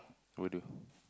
never do